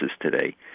today